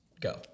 go